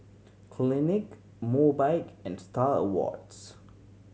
Clinique Mobike and Star Awards